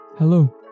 Hello